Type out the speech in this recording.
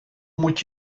moet